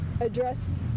address